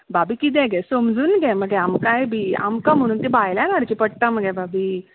भाभी कितें घे समजून घे मगे आमकांय बी आमकां म्हणून ती भायल्यान हाडची पडटा मगे भाभी